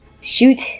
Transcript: shoot